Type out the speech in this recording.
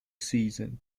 season